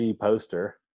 poster